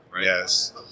Yes